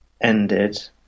ended